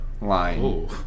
line